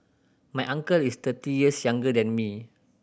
my uncle is thirty years younger than me